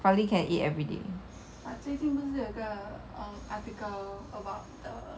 probably can eat everyday